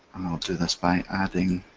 i'll do this by adding,